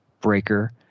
Breaker